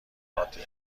عاطفی